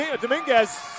Dominguez